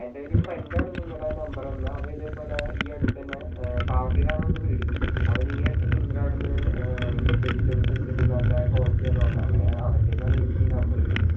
എൻ്റെയൊരു ഫ്രണ്ടാണ് നിങ്ങളുടെ നമ്പറന്നെ അവനിതേപോലെ ഈയടുത്തന്നെ പാവാട്ടീലാണവൻ്റെ വീട് അവനീയടുത്ത് നിങ്ങടവിടുന്ന് ഈ വെജിറ്റെബിൾസ് എടുത്തിട്ട് നല്ല ക്വാളിറ്റിയാന്ന് പറഞ്ഞു അങ്ങനെ അവൻ്റെന്നാണ് എനിക്കീ നമ്പറിട്ടീത്